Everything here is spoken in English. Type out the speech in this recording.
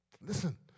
Listen